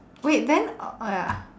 wait then oh oh ya